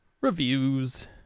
reviews